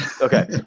Okay